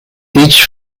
each